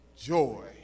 joy